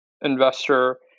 investor